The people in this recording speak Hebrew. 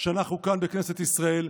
שאנחנו כאן בכנסת ישראל,